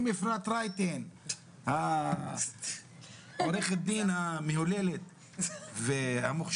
אם אפרת רייטן העורכת דין המהוללת והמוכשרת,